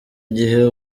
igihe